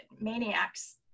maniacs